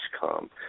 come